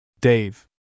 Dave